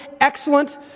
excellent